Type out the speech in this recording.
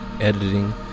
editing